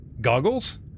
goggles